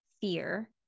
fear